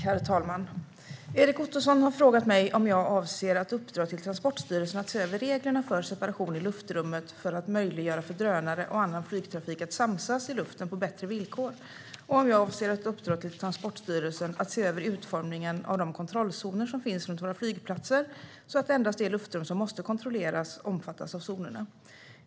Herr talman! Erik Ottoson har frågat mig om jag avser att uppdra till Transportstyrelsen att se över reglerna för separation i luftrummet för att möjliggöra för drönare och annan flygtrafik att samsas i luften på bättre villkor och om jag avser att uppdra till Transportstyrelsen att se över utformningen av de kontrollzoner som finns runt våra flygplatser så att endast det luftrum som måste kontrolleras omfattas av zonerna.